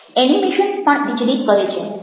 animation પણ વિચલિત કરે છે